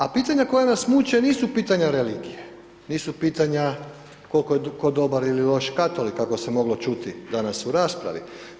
A pitanja koja nas muče nisu pitanja religije, nisu pitanja koliko je tko dobar ili loš katolik, kako se moglo čuti danas u raspravi.